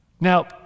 Now